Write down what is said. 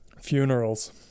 Funerals